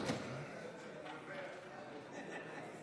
37 בעד, 51 נגד.